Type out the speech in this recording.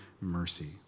mercy